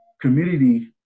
community